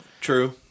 True